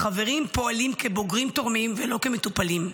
החברים פועלים כבוגרים תורמים ולא כמטופלים.